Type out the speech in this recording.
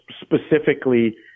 specifically